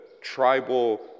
tribal